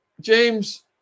James